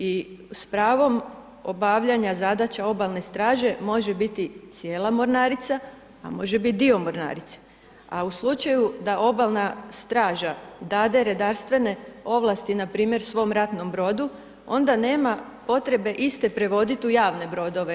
I s pravom obavljanja zadaća obalne straže može biti cijela mornarica, a može biti dio mornarice, a u slučaju da obalna straža dade redarstvene ovlasti npr. svom ratnom brodu onda nema potrebe iste prevodit u javne brodove.